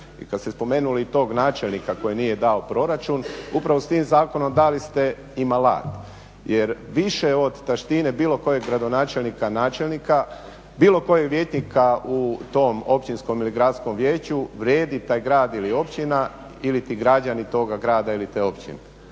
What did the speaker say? I kada ste spomenuli tog načelnika koji nije dao proračun upravo s tim zakonom dali ste im alat. Jer više od taštine bilo kojeg gradonačelnika, načelnika, bilo kojeg vijećnika u tom općinskom ili gradskom vijeću vrijedi taj grad ili općina ili ti građani toga grada ili te općine.